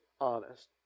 honest